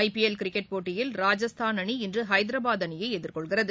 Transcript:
ஐ P L cricket போட்டியில் ராஜஸ்தான் அணி இன்று ஹைதராபாத் அணியை எதிர்கொள்கிறது